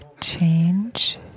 change